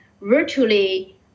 virtually